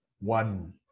One